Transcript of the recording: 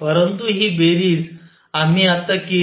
परंतु ही बेरीज आम्ही आता केली